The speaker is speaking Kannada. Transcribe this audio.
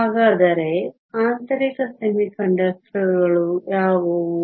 ಹಾಗಾದರೆ ಆಂತರಿಕ ಅರೆವಾಹಕಗಳು ಯಾವುವು